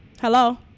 Hello